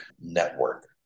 network